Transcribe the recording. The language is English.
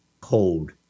cold